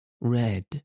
red